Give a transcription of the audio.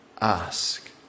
Ask